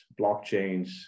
blockchains